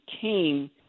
came